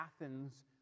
Athens